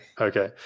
okay